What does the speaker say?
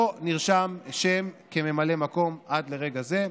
לא נרשם שם כממלא מקום עד לרגע זה,